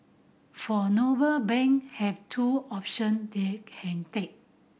for Noble bank have two option they can take